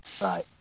right